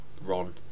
Ron